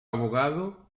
abogado